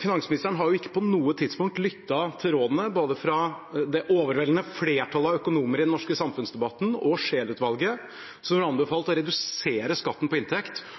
Finansministeren har ikke på noe tidspunkt lyttet til rådene fra verken det overveldende flertallet av økonomer i den norske samfunnsdebatten eller Scheel-utvalget, som har anbefalt å redusere skatten på inntekt